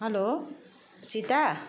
hello Sita